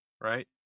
right